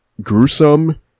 gruesome